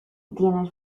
tienes